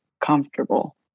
comfortable